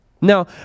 Now